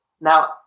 Now